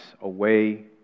away